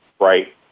right